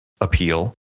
appeal